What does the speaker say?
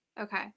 Okay